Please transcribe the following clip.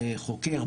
חוקר,